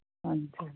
ਹਾਂਜੀ